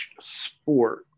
sport